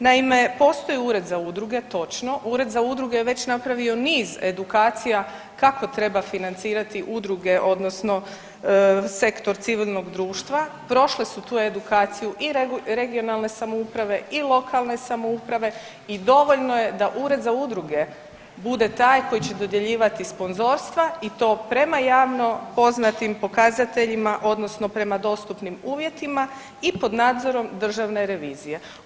Naime, postoji Ured za udruge, točno, Ured za udruge je već napravio niz edukacija kako treba financirati udruge odnosno sektor civilnog društva, prošle su tu edukaciju i regionalne samouprave i lokalne samouprave i dovoljno je da Ured za udruge bude taj koji će dodjeljivati sponzorstva i to prema javno-poznatim pokazateljima odnosno prema dostupnim uvjetima i pod nadzorom Državne revizije.